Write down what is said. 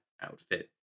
outfit